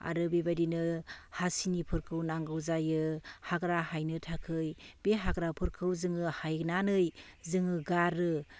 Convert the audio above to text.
आरो बेबायदिनो हासिनिफोरखौ नांगौ जायो हाग्रा हायनो थाखाय बे हाग्राफोरखौ जोङो हायनानै जोङो गारो